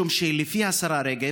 משום שלפי השרה רגב,